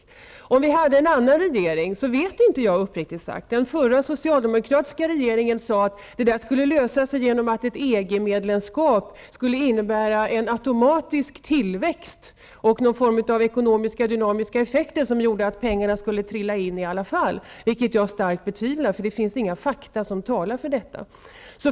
Jag vet uppriktigt sagt inte hur det vore om vi hade en annan regering. Den förra socialdemokratiska regeringen sade att detta skulle lösa sig genom att ett EG-medlemskap skulle innebära en automatisk tillväxt och någon form av ekonomiska dynamiska effekter som gjorde att pengarna skulle trilla in i alla fall. Det betvivlar jag starkt. Det finns inga fakta som talar för detta.